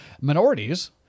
minorities—